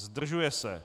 Zdržuje se.